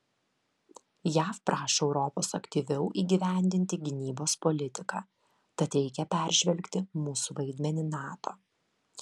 jav prašo europos aktyviau įgyvendinti gynybos politiką tad reikia peržvelgti mūsų vaidmenį nato